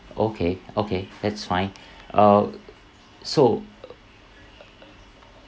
okay okay that's fine uh so